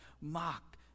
mock